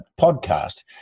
podcast